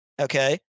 okay